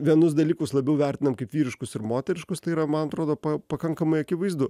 vienus dalykus labiau vertinam kaip vyriškus ir moteriškus tai yra man atrodo pakankamai akivaizdu